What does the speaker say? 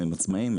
הם עצמאיים,